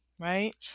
Right